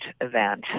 event